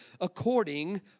according